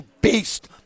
beast